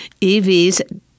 EVs